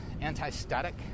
anti-static